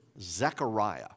Zechariah